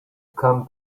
come